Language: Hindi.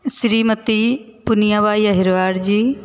श्रीमती पुनियाबाई अहीरवार जी